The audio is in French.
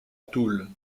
toul